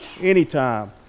anytime